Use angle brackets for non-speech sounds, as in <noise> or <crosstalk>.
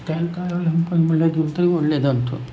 <unintelligible> ಒಳ್ಳೆದಿದ್ದರೆ ಒಳ್ಳೆದಾಗ್ತು